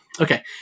Okay